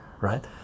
right